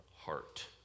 heart